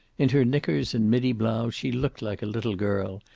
in her knickers and middy blouse she looked like a little girl,